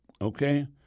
okay